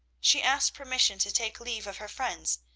she asked permission to take leave of her friends,